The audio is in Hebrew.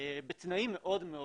בתנאים מאוד קשים.